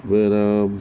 the